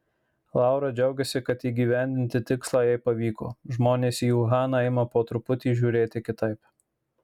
laura džiaugiasi kad įgyvendinti tikslą jai pavyko žmonės į uhaną ima po truputį žiūrėti kitaip